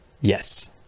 Yes